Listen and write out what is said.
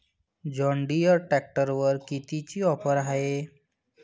John Deere ट्रॅक्टरवर कितीची offer हाये?